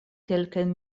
kelkajn